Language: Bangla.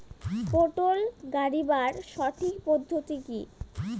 পটল গারিবার সঠিক পদ্ধতি কি?